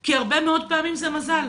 כי הרבה מאוד פעמים זה מזל.